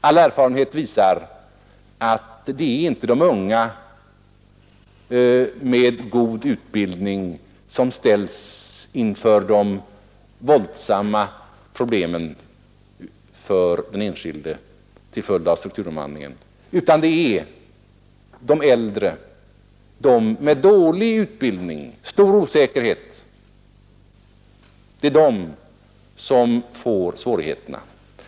All erfarenhet visar att det inte är de unga med god utbildning som ställs inför de svåra problemen för den enskilde till följd av strukturomvandlingen, utan att det är de äldre, de med dålig utbildning som får svårigheterna.